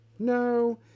No